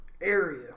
Area